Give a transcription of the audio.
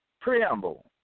Preamble